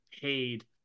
paid